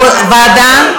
ועדה?